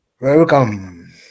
welcome